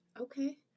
Okay